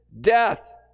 death